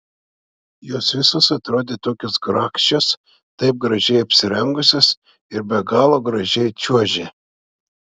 jos visos atrodė tokios grakščios taip gražiai apsirengusios ir be galo gražiai čiuožė